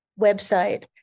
website